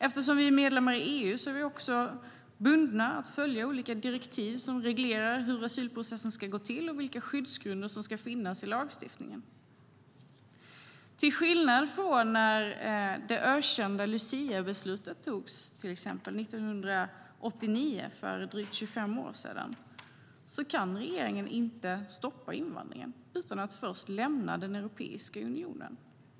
Eftersom vi är medlemmar i EU är vi också bundna att följa olika direktiv som reglerar hur asylprocessen ska gå till och vilka skyddsgrunder som ska finnas i lagstiftningen. Till skillnad från till exempel när det ökända Luciabeslutet togs 1989, för drygt 25 år sedan, kan regeringen inte stoppa invandringen utan att först lämna Europeiska unionen.